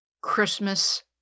Christmas